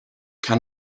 can